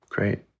Great